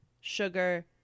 sugar